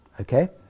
Okay